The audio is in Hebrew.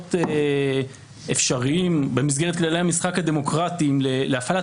מקורות אפשריים במסגרת כללי המשחק הדמוקרטיים להפעלת